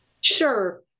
Sure